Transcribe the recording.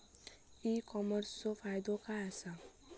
E कॉमर्सचो फायदो काय असा?